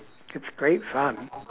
it's great fun